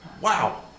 Wow